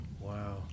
Wow